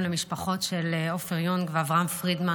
למשפחות של עפר יונג ואברהם פרידמן,